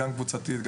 גם קבוצתית,